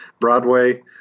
Broadway